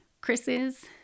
Chris's